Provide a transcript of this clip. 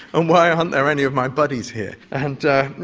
and why aren't there any of my buddies here? and